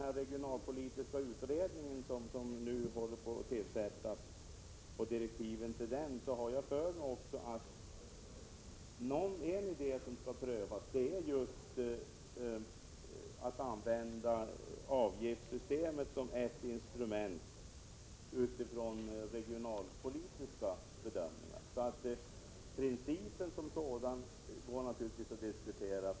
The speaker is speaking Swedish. Jag har för mig att det i direktiven till den regionalpolitiska utredning som nu tillsätts sägs att en idé som skall prövas är att just använda avgiftssystemet som ett regionalpolitiskt instrument. Principen som sådan kan naturligtvis diskuteras.